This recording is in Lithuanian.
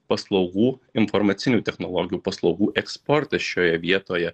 paslaugų informacinių technologijų paslaugų eksportas šioje vietoje